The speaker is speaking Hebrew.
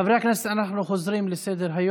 חברי הכנסת, אנחנו חוזרים לסדר-היום.